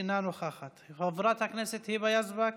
אינה נוכחת, חברת הכנסת היבה יזבק,